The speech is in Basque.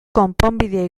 konponbidea